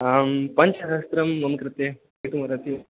पञ्चसहस्रं मम कृते किं वदति